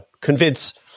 convince